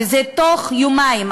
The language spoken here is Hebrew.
וזה בתוך יומיים.